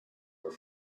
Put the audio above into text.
were